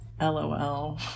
lol